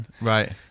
Right